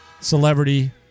celebrity